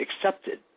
accepted